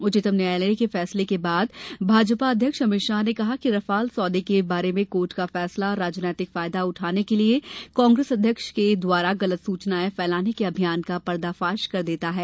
उच्चतम न्यायालय के फैसले के बाद भाजपा अध्यक्ष अमित शाह ने कहा कि रफाल सौदे के बारे में कोर्ट का फैसला राजनैतिक फायदा उठाने के लिये कांग्रेस अध्यक्ष के द्वारा गलत सूचनायें फैलाने का अभियान का पर्दाफाश कर देता है